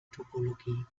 topologie